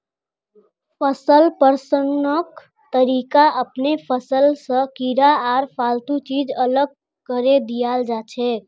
फसल प्रसंस्करण तरीका अपनैं फसल स कीड़ा आर फालतू चीज अलग करें दियाल जाछेक